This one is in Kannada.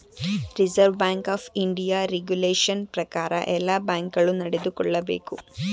reserve bank of India regulation ಪ್ರಕಾರ ಎಲ್ಲ ಬ್ಯಾಂಕ್ ಗಳು ನಡೆದುಕೊಳ್ಳಬೇಕು